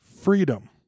Freedom